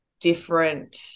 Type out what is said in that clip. different